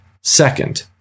Second